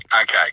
Okay